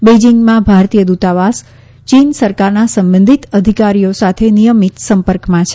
બેઇજિંગમાં ભારતીય દ્રતાવાસ ચીન સરકારના સંબંધિત અધિકારીઓ સાથે નિયમિત સંપર્કમાં છે